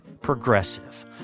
Progressive